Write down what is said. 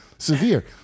Severe